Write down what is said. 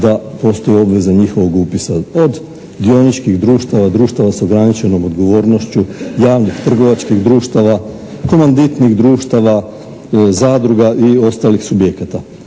da postoji obveza njihovog upisa od dioničkih društava, društava sa ograničenom odgovornošću, javnih trgovačkih društava, komanditnih društava, zadruga i ostalih subjekata.